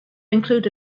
include